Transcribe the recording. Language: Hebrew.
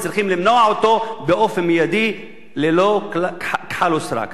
וצריכים למנוע אותו באופן מיידי ללא כחל ושרק.